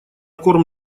корм